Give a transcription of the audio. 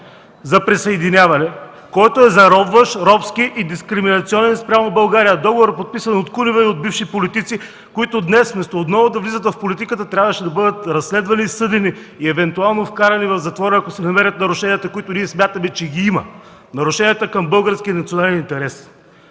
за присъединяване, който е заробващ, робски и дискриминационен спрямо България – договор, подписан от Кунева и от бивши политици, които днес вместо отново да влизат в политиката, трябваше да бъдат разследвани и съдени и евентуално вкарани в затвора, ако се намерят нарушенията, които ние смятаме, че ги има – нарушенията към българския национален интерес.